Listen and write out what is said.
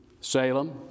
Salem